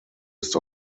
ist